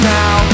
now